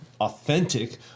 authentic